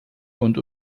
und